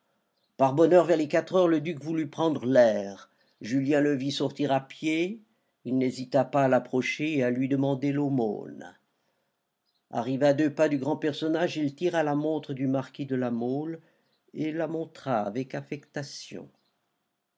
par bonheur vers les quatre heures le duc voulut prendre l'air julien le vit sortir à pied il n'hésita pas à l'approcher et à lui demander l'aumône arrivé à deux pas du grand personnage il tira la montre du marquis de la mole et la montra avec affectation